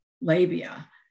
labia